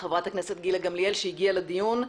חברת הכנסת גילה גמליאל שהגיעה לדיון.